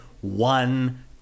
one